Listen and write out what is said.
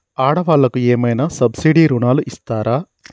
ఆడ వాళ్ళకు ఏమైనా సబ్సిడీ రుణాలు ఇస్తారా?